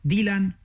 Dylan